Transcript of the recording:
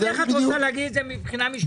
איך את רוצה להגיד מבחינה משפטית,